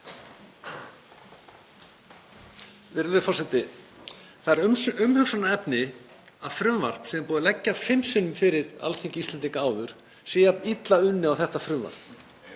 Það er umhugsunarefni að frumvarp sem er búið að leggja fimm sinnum fyrir Alþingi Íslendinga áður sé jafn illa unnið og þetta frumvarp.